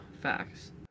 Facts